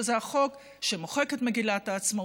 שזה החוק שמוחק את מגילת העצמאות,